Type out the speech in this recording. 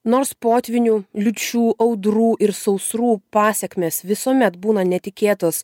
nors potvynių liūčių audrų ir sausrų pasekmės visuomet būna netikėtos